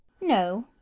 No